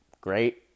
great